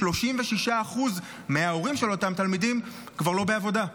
36% מההורים של אותם תלמידים כבר לא בעבודה,